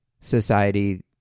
society